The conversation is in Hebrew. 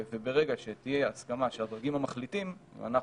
וברגע שתהיה הסכמה של הדרגים המחליטים ואנחנו,